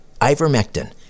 Ivermectin